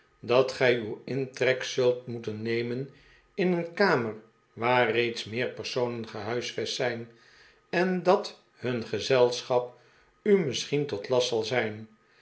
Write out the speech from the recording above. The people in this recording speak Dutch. dat gij uw intrek zult moeten nemen in eenj kamer waar reeds meer personen gehuisvest zijn en dat hun gezelschap u misschien tot last zal zijn